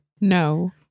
No